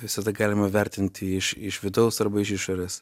visada galima vertinti iš iš vidaus arba iš išorės